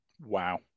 Wow